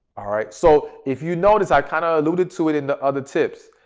all right. so, if you notice i kind of alluded to it in the other tips.